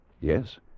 Yes